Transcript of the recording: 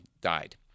died